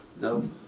No